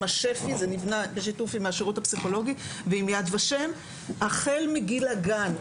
השירות הפסיכולוגי ועם יד ושם החל מגיל הגן.